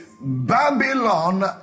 Babylon